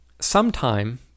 sometime